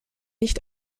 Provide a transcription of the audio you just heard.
nicht